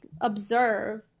observe